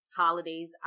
holidays